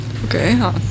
Okay